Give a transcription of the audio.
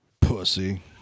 pussy